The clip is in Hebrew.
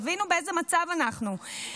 תבינו באיזה מצב אנחנו.